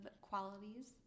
qualities